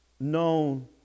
known